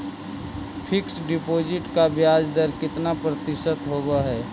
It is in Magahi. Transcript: फिक्स डिपॉजिट का ब्याज दर कितना प्रतिशत होब है?